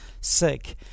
sick